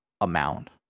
amount